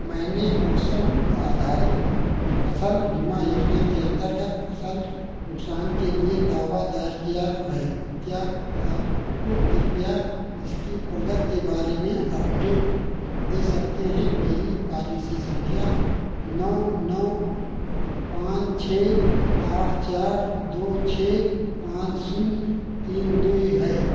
मैंने मौसम आधारित फसल बीमा योजना के अंतर्गत फसल नुकसान के लिए दावा दायर किया है क्या आप कृपया इसकी प्रगति के बारे में अपडेट दे सकते हैं मेरी पॉलिसी संख्या नौ नौ पाँच छः आठ चार दो छः पान शून्य तीन दो है